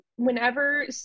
Whenever